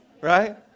right